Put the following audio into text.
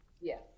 Yes